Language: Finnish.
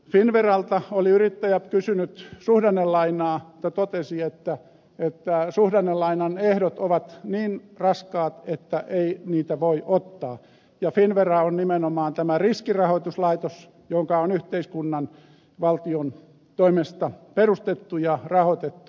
finnveralta oli yrittäjä kysynyt suhdannelainaa mutta totesi että suhdannelainan ehdot ovat niin raskaat että ei sitä voi ottaa ja finnvera on nimenomaan tämä riskirahoituslaitos joka on yhteiskunnan valtion toimesta perustettu ja rahoitettu